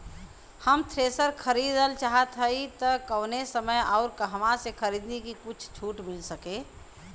हम थ्रेसर खरीदल चाहत हइं त कवने समय अउर कहवा से खरीदी की कुछ छूट मिल सके?